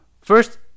first